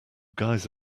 guys